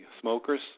Smokers